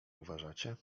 uważacie